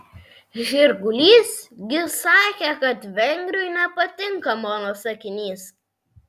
žirgulys gi sakė kad vengriui nepatinka mano sakinys